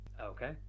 Okay